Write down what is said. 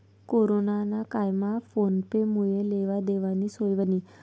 corona ना कायमा phone पे मुये लेवा देवानी सोय व्हयनी